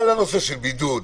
על נושא הבידוד,